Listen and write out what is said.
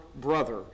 brother